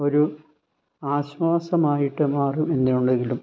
ഒരു ആശ്വാസമായിട്ട് മാറുമെന്നേയുള്ളു എങ്കിലും